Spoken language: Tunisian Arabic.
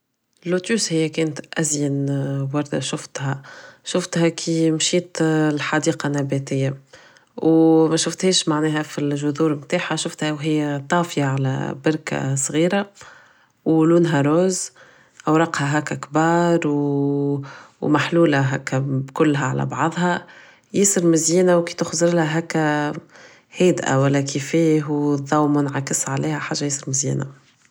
لوتوس هي كانت ازين وردة شفتها شفتها كي مشيت للحديقة النباتية و مشفتهاش معناها فلجدور متاعها و هي طافية على بركة صغيرة و لونها rose اوراقها هكا كبار و محلولة هكدا كلها على بعضها ياسر مزيانة تخزرلها هكدا هادئة ولا كيفاش و ضوء منعكس عليها حاجة ياسر مزيانة